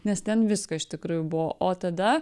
nes ten visko iš tikrųjų buvo o tada